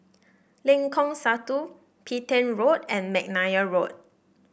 Lengkong Satu Petain Road and McNair Road